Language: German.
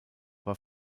war